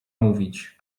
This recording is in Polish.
mówić